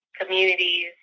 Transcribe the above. communities